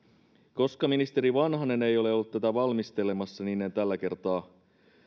koska ministeri vanhanen ei ole ollut tätä valmistelemassa en tällä kertaa